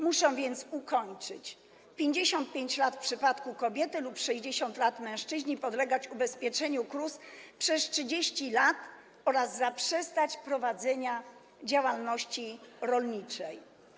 Muszą więc ukończyć 55 lat w przypadku kobiet lub 60 lat w przypadku mężczyzn, podlegać ubezpieczeniu KRUS przez 30 lat oraz zaprzestać prowadzenia działalności rolniczej.